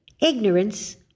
ignorance